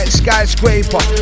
skyscraper